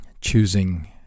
choosing